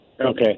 Okay